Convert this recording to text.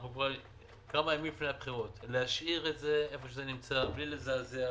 אנחנו כמה ימים לפני הבחירות להשאיר את זה היכן שזה נמצא בלי לזעזע.